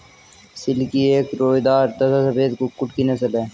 silkie एक रोएदार तथा सफेद कुक्कुट की नस्ल है